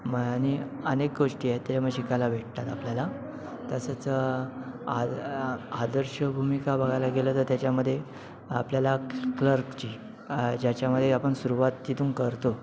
आणि अनेक गोष्टी आहेत त्याच्यामुळे शिकायला भेटतात आपल्याला तसंच आदर्श भूमिका बघायला गेलं तर त्याच्यामधे आपल्याला क्लर्कची ज्याच्यामधे आपण सुरुवात तिथून करतो